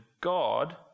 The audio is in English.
God